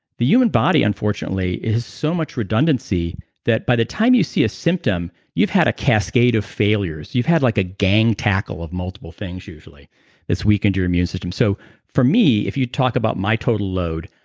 the human body unfortunately, is so much redundancy that by the time you see a symptom you've had a cascade of failures. you've had like a gang tackle of multiple things usually that's weakened your immune system. so for me, if you talk about my total load,